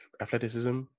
athleticism